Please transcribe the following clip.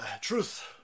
Truth